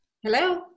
Hello